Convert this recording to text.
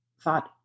thought